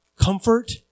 comfort